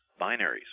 binaries